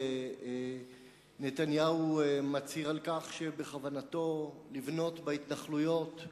נתניהו מצהיר על כך שבכוונתו לבנות בהתנחלויות.